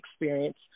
experience